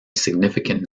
significant